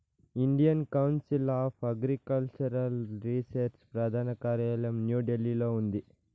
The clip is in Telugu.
Indian council of agricultural research ప్రధాన కార్యాలయం న్యూఢిల్లీలో ఉంది